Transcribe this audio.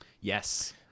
Yes